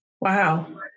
Wow